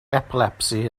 epilepsy